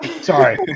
Sorry